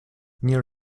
near